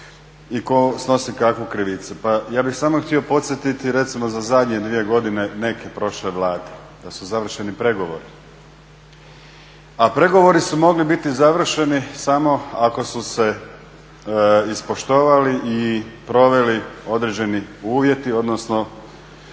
i tko snosi kakvu krivicu. Pa ja bih samo htio podsjetiti recimo za zadnje dvije godine neke prošle Vlade da su završeni pregovori. A pregovori su mogli biti završeni samo ako su se ispoštovali i proveli određeni uvjeti odnosno